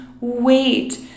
wait